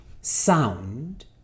sound